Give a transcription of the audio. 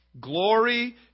Glory